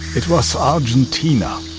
it was argentina,